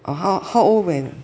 or how how old when